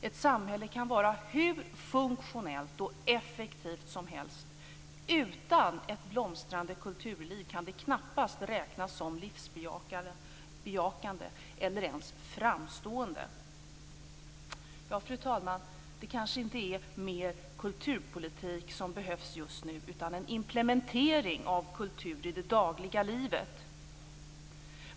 Ett samhälle kan vara hur funktionellt och effektivt som helst, men utan ett blomstrande kulturliv kan det knappast räknas som livsbejakande eller ens framstående. Fru talman! Det kanske inte är mera kulturpolitik som just nu behövs, utan det kanske handlar om en implementering av kultur i det dagliga livet.